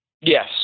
Yes